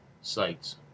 sites